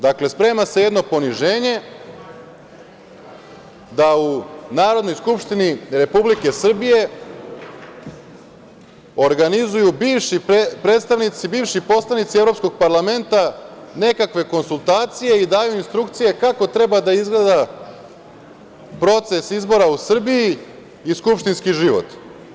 Dakle, sprema se jedno poniženje da u Narodnoj skupštini Republike Srbije organizuju predstavnici, bivši poslanici Evropskog parlamenta nekakve konsultacije i daju instrukcije kako treba da izgleda proces izbora u Srbiji i skupštinski život.